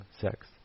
sex